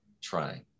trying